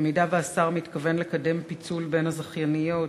אם השר מתכוון לקדם פיצול בין הזכייניות,